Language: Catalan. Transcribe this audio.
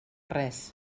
res